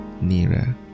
nearer